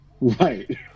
Right